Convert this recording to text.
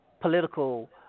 political